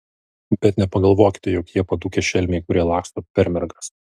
bet nepagalvokite jog jie padūkę šelmiai kurie laksto per mergas